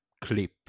clip